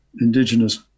indigenous